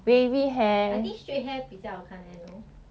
singaporeans 很难 eh usually 都是蛮 straight 的